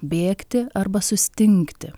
bėgti arba sustingti